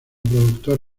productor